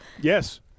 Yes